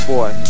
Boy